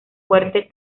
fuerte